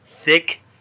thick